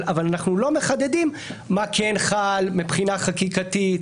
אבל אנחנו לא מחדדים מה כן חל מבחינה חקיקתית,